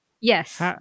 Yes